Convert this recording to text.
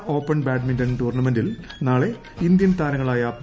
China open badminton ടൂർണമെന്റിൽ നാളെ Indian താരങ്ങളായ പി